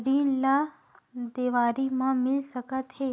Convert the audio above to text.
ऋण ला देवारी मा मिल सकत हे